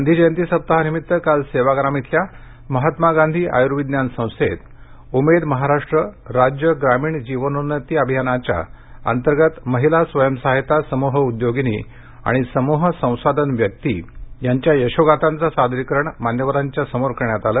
गांधीजयंती सप्ताहानिमित्त काल सेवाग्राम येथील महात्मा गांधी आयूर्विज्ञान संस्थेत उमेद महाराष्ट्र राज्य ग्रामीण जीवनोन्नती अभियानाच्या अंतर्गत महिला स्वयं सहाय्यता समुह उद्योगिनी आणि समूह संसाधन व्यक्ती यांच्या यशोगाथांचं सादरीकरण मान्यवरांच्या समोर करण्यात आले